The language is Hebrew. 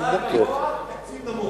גבוה, תקציב נמוך.